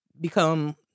become